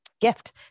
gift